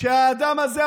כשהאדם הזה,